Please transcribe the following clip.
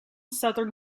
southern